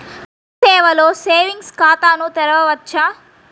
మీ సేవలో సేవింగ్స్ ఖాతాను తెరవవచ్చా?